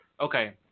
okay